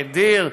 ההדיר,